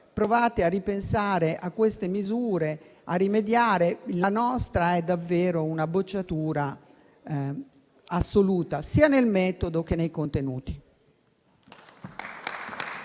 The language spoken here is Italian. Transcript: quindi a ripensare a queste misure e a rimediare. La nostra è davvero una bocciatura assoluta sia nel metodo che nei contenuti.